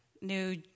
new